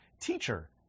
Teacher